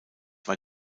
war